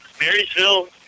Marysville